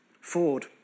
Ford